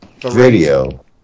video